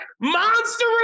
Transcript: Monster